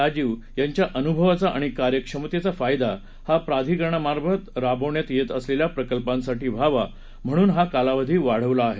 राजीव यांच्या अनुभवाचा आणि कार्यक्षमतेचा फायदा हा प्राधिकरणामार्फत राबवण्यात येत असलेल्या प्रकल्पांसाठी व्हावा म्हणून हा कालावधी वाढवला आहे